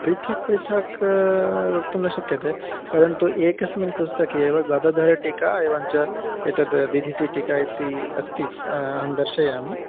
पृथक् पृथक् वक्तुं न शक्यते वयं तु एकस्मिन् पुस्तके एव गादाधरीटीका एवं च एतद् दीधितिटीका इति अस्ति अहं दर्शयामि